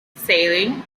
sailing